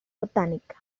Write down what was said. botánica